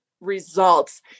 results